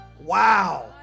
Wow